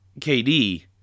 KD